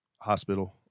hospital